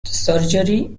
surgery